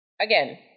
Again